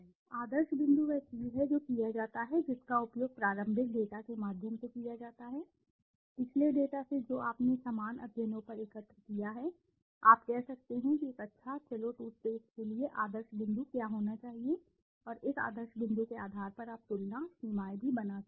आदर्श बिंदु वह चीज है जो किया जाता है जिसका उपयोग प्रारंभिक डेटा के माध्यम से किया जाता है पिछले डेटा से जो आपने समान अध्ययनों पर एकत्र किया है आप कह सकते हैं कि एक अच्छा चलो टूथपेस्ट के लिए आदर्श बिंदु क्या होना चाहिए और इस आदर्श बिंदु के आधार पर आप तुलना सीमाएं भी बना सकते हैं